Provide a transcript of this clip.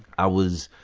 i was,